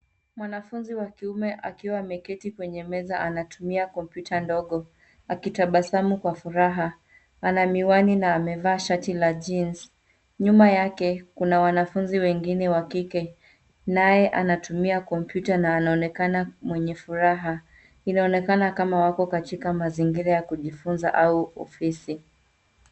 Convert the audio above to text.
Mwanafunzi wa kiume akiwa ameketi kwenye meza, anatumia kompyuta ndogo, akitabasamu kwa furaha. Ana miwani na amevaa shati la jeans . Nyuma yake kuna wanafunzi wengine wa kike, naye anatumia kompyuta na anaonekana mwenye furaha. Inaonekana kama wako katika mazingira ya kujifunza au ofisi.